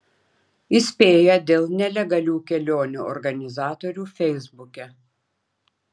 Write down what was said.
įspėja dėl nelegalių kelionių organizatorių feisbuke